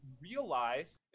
realize